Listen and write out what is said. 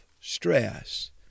stress